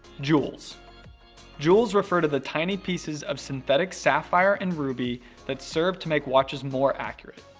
jewels jewels refer to the tiny pieces of synthetic sapphire and ruby that serve to make watches more accurate.